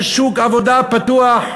יש שוק עבודה פתוח.